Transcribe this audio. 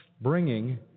bringing